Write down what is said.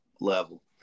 level